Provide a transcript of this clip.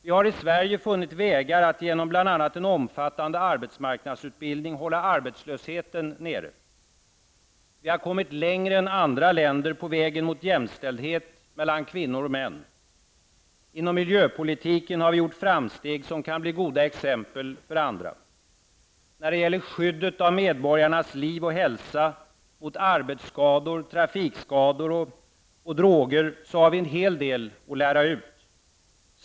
Vi har i Sverige funnit vägar att genom bl.a. en omfattande arbetsmarknadsutbildning hålla arbetslösheten nere. Vi har kommit längre än andra länder på vägen mot jämställdhet mellan kvinnor och män. Inom miljöpolitiken har vi gjort framsteg som kan bli goda exempel för andra . När det gäller skyddet av medborgarnas liv och hälsa mot arbetsskador, trafikskador och droger har vi en hel del att lära ut.